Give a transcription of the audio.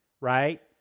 right